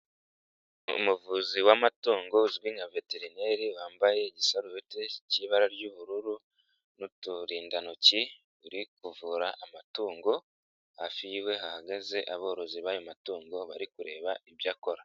Umuvuzi w'amatungo uzwi nka veterineri wambaye igisaruhute k'ibara ry'ubururu n'uturindantoki uri kuvura amatungo, hafi y'iwe hahagaze aborozi b'ayo matungo bari kureba ibyo akora.